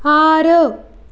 ఆరు